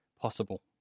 possible